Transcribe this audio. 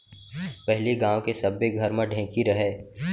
पहिली गांव के सब्बे घर म ढेंकी रहय